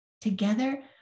Together